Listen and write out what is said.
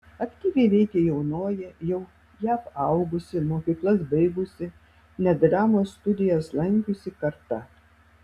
aktyviai veikė jaunoji jau jav augusi mokyklas baigusi net dramos studijas lankiusi karta